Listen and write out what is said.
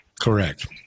Correct